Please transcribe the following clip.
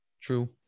True